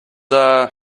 are